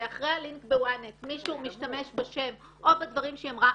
ואחרי הלינק ב-ynet מישהו משתמש בשם או בדברים שהיא אמרה,